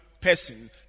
person